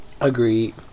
Agreed